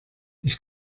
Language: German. ich